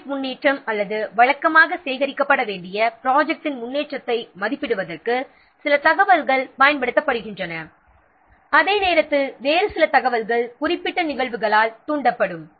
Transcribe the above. ப்ராஜெக்ட்டின் முன்னேற்றம் அல்லது வழக்கமாக சேகரிக்கப்பட வேண்டிய ப்ராஜெக்ட்டின் முன்னேற்றத்தை மதிப்பிடுவதற்கு சில தகவல்கள் பயன்படுத்தப்படுகின்றன அதே நேரத்தில் வேறு சில தகவல்கள் குறிப்பிட்ட நிகழ்வுகளால் தூண்டப்படும்